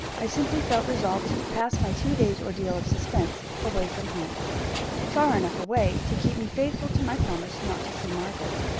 i simply felt resolved to pass my two days' ordeal of suspense away from home far enough away to keep me faithful to my promise not to see margaret.